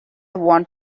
want